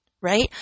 right